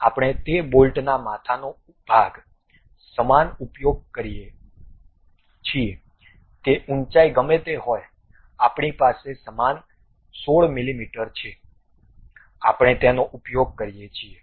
આપણે તે બોલ્ટના માથાનો ભાગ સમાન ઉપયોગ કરીએ છીએ તે ઉંચાઇ ગમે તે હોય આપણી પાસે સમાન 16 મીમી છે આપણે તેનો ઉપયોગ કરીએ છીએ